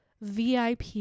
VIP